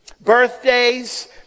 Birthdays